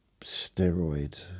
Steroid